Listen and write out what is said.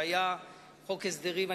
שהיה חוק הסדרים,